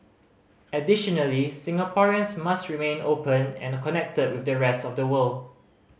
additionally Singaporeans must remain open and connected with the rest of the world